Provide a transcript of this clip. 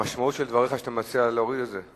המשמעות של דבריך, שאתה מציע להוריד את זה.